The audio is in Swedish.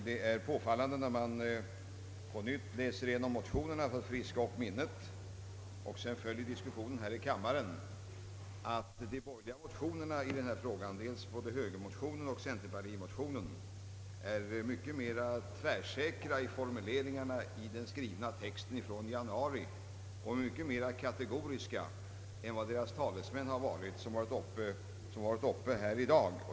Det är påfallande när man på nytt läser igenom motionerna för att friska upp minnet och sedan följer diskussionen här i kammaren, att vad som sägs i de borgerliga motionerna i den här frågan — både högermotionen och centerpartimotionen — är mycket mera tvärsäkert formulerat i den skrivna texten från januari och mycket mera kategoriskt än vad deras talesmän har varit i talarstolen här i dag.